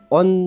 on